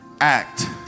act